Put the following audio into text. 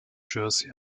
jersey